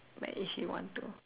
like if you want to